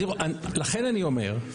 לכן אני אומר,